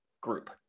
group